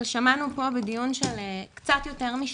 אבל שמענו פה בדיון של קצת יותר משעה,